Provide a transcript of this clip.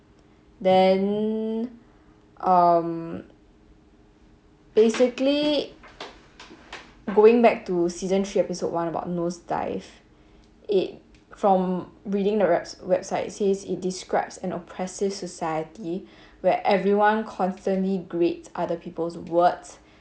then um basically going back to season three episode one about nose dive it from reading the wraps website says it describes an oppressive society where everyone constantly grades other people's words